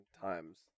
times